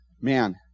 man